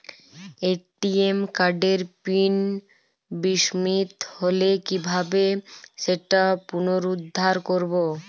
ATM কার্ডের PIN বিস্মৃত হলে কীভাবে সেটা পুনরূদ্ধার করব?